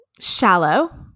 shallow